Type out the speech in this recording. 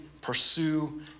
pursue